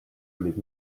olid